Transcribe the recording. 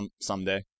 Someday